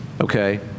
Okay